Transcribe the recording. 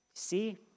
See